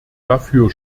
dafür